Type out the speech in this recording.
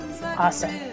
awesome